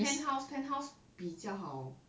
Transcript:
penthouse penthouse 比较好